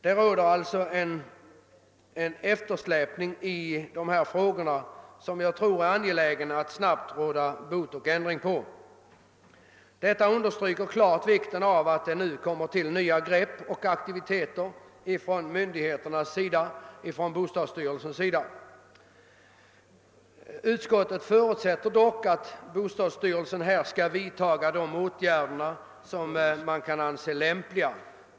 Det rör sig om en eftersläpning på bostadsområdet som jag anser det angeläget att snabbt råda bot på, och detta understryker klart vikten av nya grepp och aktiviteter från myndigheternas sida, närmast från bostadsstyrelsens. Utskottet förutsätter att bostadsstyrelsen skall vidtaga de åtgärder som man kan anse lämpliga.